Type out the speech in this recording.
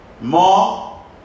more